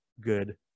good